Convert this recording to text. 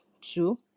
two